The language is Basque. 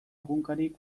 egunkarik